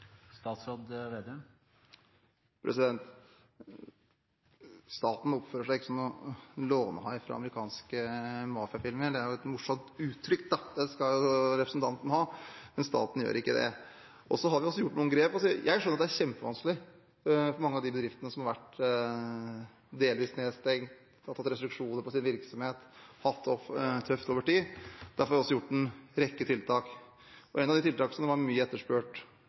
Det er et morsomt uttrykk, det skal representanten ha, men staten gjør ikke det. Vi har gjort noen grep. Jeg skjønner at det er kjempevanskelig for mange av de bedriftene som har vært delvis nedstengt, fått restriksjoner på sin virksomhet, hatt det tøft over tid. Derfor har vi også gjort en rekke tiltak. Et av tiltakene som var mye etterspurt